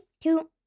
two